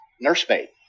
nursemaid